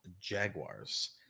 Jaguars